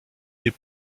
des